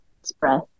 express